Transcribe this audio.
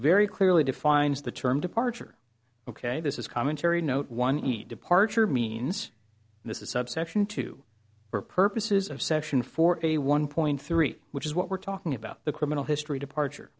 very clearly defines the term departure ok this is commentary note one need departure means this is subsection two for purposes of section four a one point three which is what we're talking about the criminal history departure